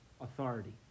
authority